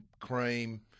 cream